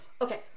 Okay